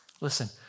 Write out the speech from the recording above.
Listen